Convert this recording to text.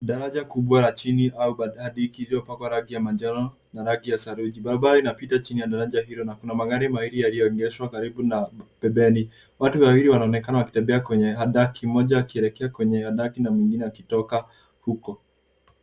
Daraja kubwa la chini au badadiki iliyopakwa rangi ya manjano na rangi ya saruji. Barabara inapita chini ya daraja hilo na kuna magari mawili yaliyoegeshwa karibu na pembeni. Watu wawili wanaonekana wakitembea kwenye hadaki mmoja akielekea kwenye hadaki na mwingine akitoka huko.